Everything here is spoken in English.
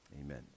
Amen